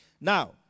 Now